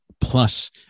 plus